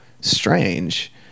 strange